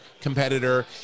competitor